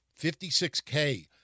56K